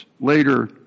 later